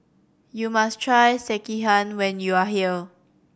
you must try Sekihan when you are here